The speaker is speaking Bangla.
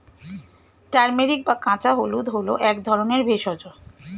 টার্মেরিক বা কাঁচা হলুদ হল এক ধরনের ভেষজ